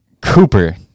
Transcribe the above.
Cooper